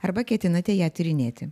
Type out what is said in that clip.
arba ketinate ją tyrinėti